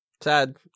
Sad